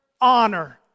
honor